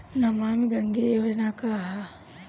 नमामि गंगा योजना का ह?